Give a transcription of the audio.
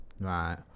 Right